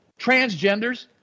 Transgenders